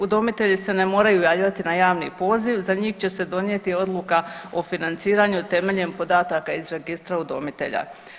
Udomitelji se ne moraju javljati na javni poziv za njih će se donijeti odluka o financiranju temeljem podataka iz registra udomitelja.